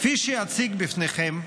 כפי שאציג בפניכם,